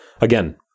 Again